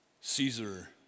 Caesar